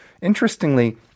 interestingly